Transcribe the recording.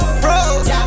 froze